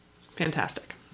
Fantastic